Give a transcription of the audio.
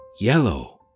yellow